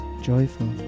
joyful